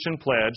pledge